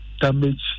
damage